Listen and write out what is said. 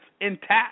intact